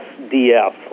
SDF